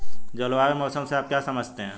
जलवायु और मौसम से आप क्या समझते हैं?